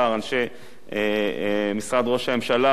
אנשי משרד ראש הממשלה,